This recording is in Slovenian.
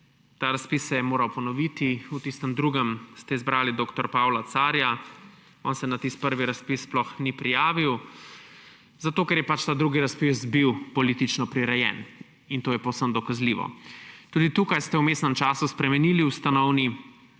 Ta razpis se je moral ponoviti. V tistem drugem ste izbrali dr. Pavla Carja. On se na tisti prvi razpis sploh ni prijavil, zato ker je ta drugi razpis bil politično prirejen, in to je povsem dokazljivo. Tudi tukaj ste v vmesnem času spremenili ustanovni